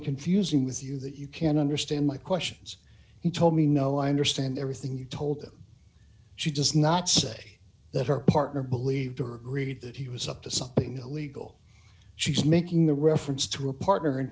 confusing with you that you can't understand my questions he told me no i understand everything you told him she does not say that her partner believed or read that he was up to something illegal she's making the reference to a partner and